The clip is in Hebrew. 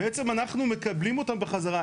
אנחנו נמצא פתרון לחידוש הזה.